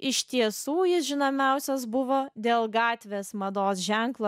iš tiesų jis žinomiausias buvo dėl gatvės mados ženklo